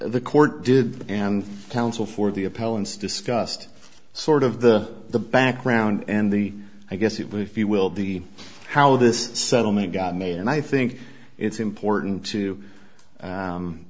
the court did and counsel for the appellants discussed sort of the the background and the i guess if you will be how this settlement got made and i think it's important to